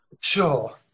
Sure